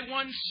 one